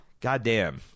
goddamn